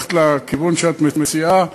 ללכת לכיוון שאת מציעה.